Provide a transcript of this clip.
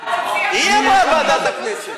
היא אמרה ועדת הכנסת,